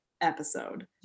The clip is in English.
episode